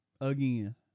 again